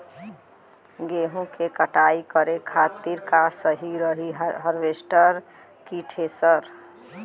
गेहूँ के कटाई करे खातिर का सही रही हार्वेस्टर की थ्रेशर?